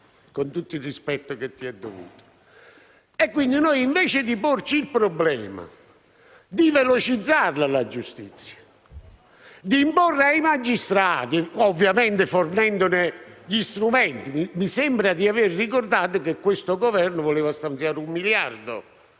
con tutto il rispetto che le è dovuto. Invece di porci il problema di velocizzare la giustizia e di imporlo ai magistrati, ovviamente fornendone gli strumenti - mi sembra di aver ricordato che questo Governo voleva stanziare un miliardo